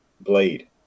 blade